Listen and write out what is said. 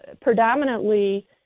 predominantly